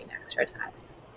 exercise